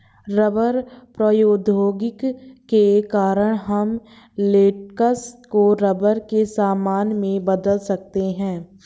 rubber प्रौद्योगिकी के कारण हम लेटेक्स को रबर के सामान में बदल सकते हैं